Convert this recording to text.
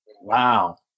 Wow